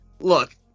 look